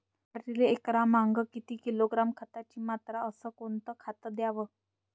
पराटीले एकरामागं किती किलोग्रॅम खताची मात्रा अस कोतं खात द्याव?